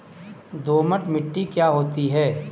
दोमट मिट्टी क्या होती हैं?